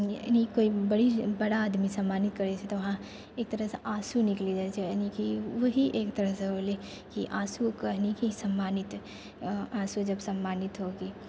यानि कोइ बड़ी बड़ा आदमी सम्मानित करै छै तऽ वहाँ एक तरहसँ आँसू निकलि जाइ छै यानि कि ओहि एक तरहसँ होलै कि आँसू कहनि कि सम्मानित आँसू जब सम्मानित होगी